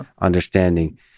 understanding